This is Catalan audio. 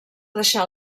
deixar